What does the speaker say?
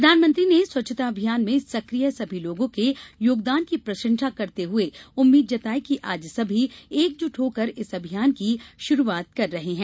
प्रधानमंत्री ने स्वच्छता अभियान में सक्रिय सभी लोगों के योगदान की प्रशंसा करते हुए उम्मीद जताई कि आज सभी एकजुट होकर इस अभियान की शुरुआत कर रहे हैं